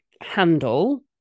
handle